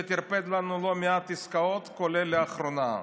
זה טרפד לנו לא מעט עסקאות, כולל לאחרונה.